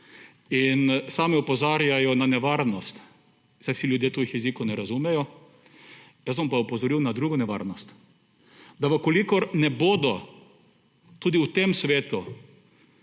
In sami opozarjajo na nevarnost, saj vsi ljudje tujih jezikov ne razumejo, jaz bom pa opozoril na drugo nevarnost. Da v kolikor ne bodo tudi v tem svetu